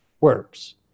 works